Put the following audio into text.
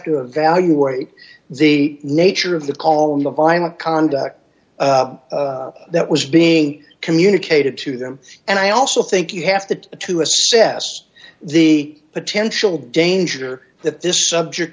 to evaluate the nature of the call and the violent conduct that was being communicated to them and i also think you have to to assess the potential danger that this subject